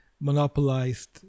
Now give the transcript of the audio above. Monopolized